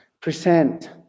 present